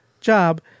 job